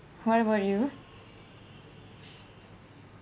what about you